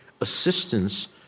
assistance